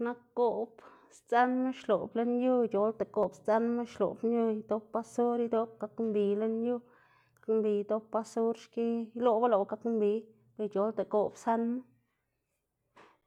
Nak goꞌb sdzënma xloꞌb lën yu ic̲h̲olda goꞌb sdzënma xloꞌb lën yu idop basur dop gak mbi lën yu, gak mbi idop basur xki, iloꞌbu lëꞌwu gak mbi ic̲h̲olda goꞌb sënma.